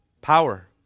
Power